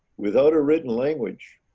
without a written language,